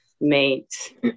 mate